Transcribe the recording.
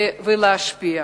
ולהשפיע.